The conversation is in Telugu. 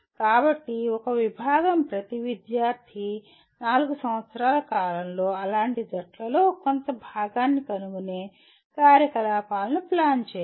కాబట్టి ఒక విభాగం ప్రతి విద్యార్థి 4 సంవత్సరాల కాలంలో అలాంటి జట్లలో కొంత భాగాన్ని కనుగొనే కార్యకలాపాలను ప్లాన్ చేయాలి